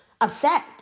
upset